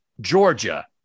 Georgia